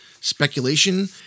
speculation